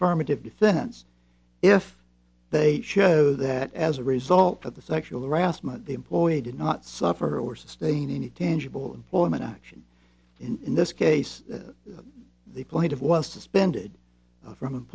affirmative defense if they show that as a result of the sexual harassment the employee did not suffer or sustain any tangible employment action in this case the point of was suspended from